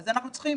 אנחנו צריכים